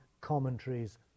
commentaries